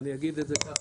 אני אגיד את זה ככה,